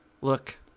look